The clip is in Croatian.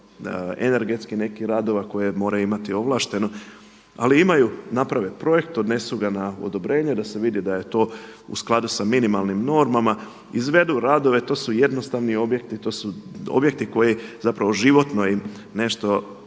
energetskih nekih radova koje moraju imati ovlašteno. Ali imaju, naprave projekt, odnesu ga na odobrenje da se vidi da je to u skladu sa minimalnim normama, izvedu radove. To su jednostavni objekti, to su objekti koji životno im nešto